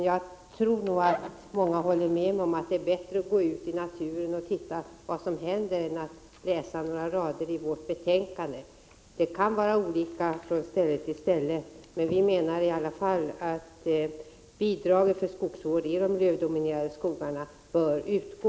Jag tror att många håller med mig om att det är bättre att gå ut i naturen och se vad som händer än att läsa några rader i vårt betänkande. Det kan vara olika från ställe till ställe, men vi menar i alla fall att bidragen till skogsvård i de lövdominerande skogarna bör utgå.